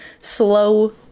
slow